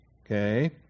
okay